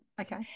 Okay